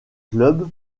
club